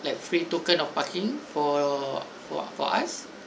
like free token of parking for for us